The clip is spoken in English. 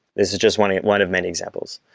this just one one of many examples,